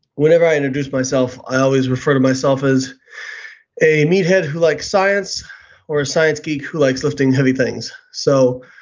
whenever i introduce myself i always refer to myself as a meat head who likes science or a science geek who likes lifting heavy things, so